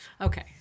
Okay